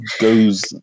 goes